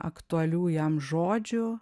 aktualių jam žodžių